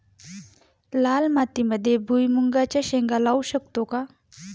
लाल मातीमध्ये भुईमुगाच्या शेंगा लावू शकतो का?